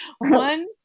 One